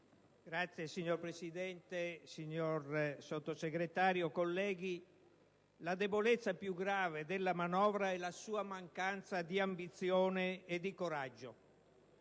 minoranza*. Signor Presidente, signor Sottosegretario, colleghi, la debolezza più grave della manovra è la sua mancanza di ambizione e di coraggio.